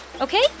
okay